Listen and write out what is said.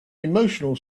emotional